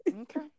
Okay